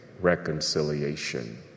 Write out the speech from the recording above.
reconciliation